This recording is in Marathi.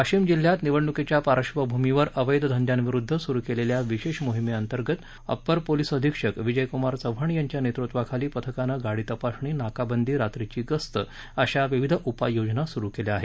वाशिम जिल्ह्यात निवडणुकीच्या पार्श्वभूमीवर अवेध धंद्यांविरुद्ध सुरु केलेल्या विशेष मोहिमे अंतर्गत अपर पोलीस अधीक्षक विजयकुमार चव्हाण यांच्या नेतृत्वाखालील पथकानं गाडी तपासणी नाकाबंदी रात्रीची गस्त अशा विविध उपाययोजना सुरु केल्या आहेत